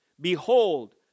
Behold